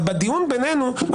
הבנתי.